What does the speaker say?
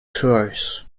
tours